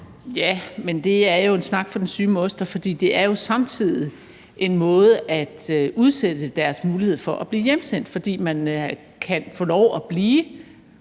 Ja, men det er jo en snak for den syge moster. For det er jo samtidig en måde at udsætte deres mulighed for at blive hjemsendt på, fordi man kan få lov at blive,